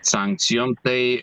sankcijom tai